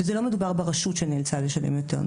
וזה לא מדובר ברשות שנאלצה לשלם יותר,